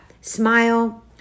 Smile